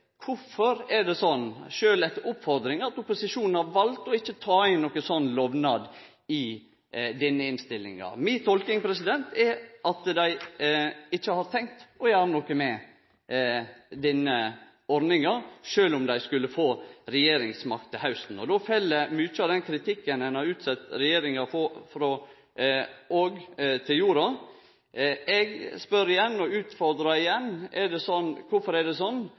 det er sånn, sjølv etter oppfordringar, at opposisjonen har valt å ikkje ta inn slike lovnader i denne innstillinga? Mi tolking er at dei ikkje har tenkt å gjere noko med denne ordninga sjølv om dei skulle få regjeringsmakt til hausten. Då fell mykje av den kritikken ein har utsett regjeringa for, til jorda. Eg spør – og utfordrar – igjen: Kvifor er det